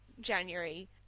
January